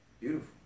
beautiful